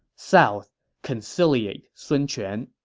south conciliate sun quan.